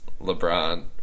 LeBron